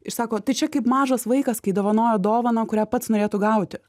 ir sako tai čia kaip mažas vaikas kai dovanoja dovaną kurią pats norėtų gauti